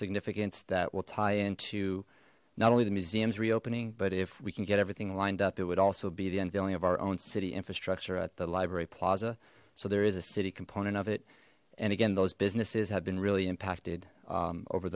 significant that will tie into not only the museum's reopening but if we can get everything lined up it would also be the unveiling of our own city infrastructure at the library plaza so there is a city component of it and again those businesses have been really impacted over